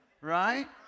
right